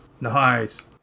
Nice